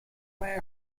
may